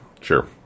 sure